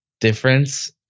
difference